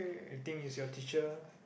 you think is your teacher